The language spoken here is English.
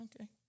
okay